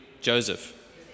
Joseph